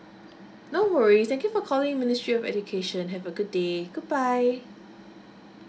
no worries thank you for calling ministry of education have a good day goodbye